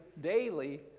daily